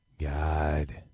God